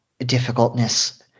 difficultness